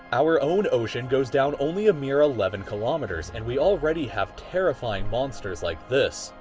our own ocean goes down only a mere eleven kilometers and we already have terrifying monsters like this,